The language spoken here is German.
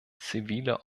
zivile